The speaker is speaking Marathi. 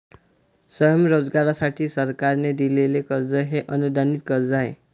स्वयंरोजगारासाठी सरकारने दिलेले कर्ज हे अनुदानित कर्ज आहे